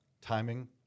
timing